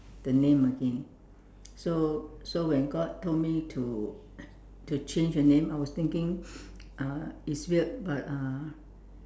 the name again so so when God told me to to change the name I was thinking uh it's weird but uh